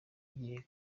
igihe